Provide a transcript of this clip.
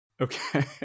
Okay